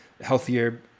healthier